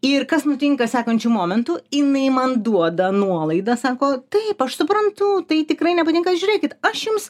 ir kas nutinka sekančiu momentu jinai man duoda nuolaidą sako taip aš suprantu tai tikrai nepatinka žiūrėkit aš jums